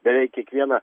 beveik kiekviena